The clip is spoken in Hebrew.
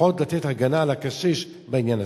לפחות לתת הגנה לקשיש בעניין הזה.